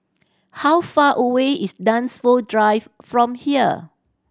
how far away is Dunsfold Drive from here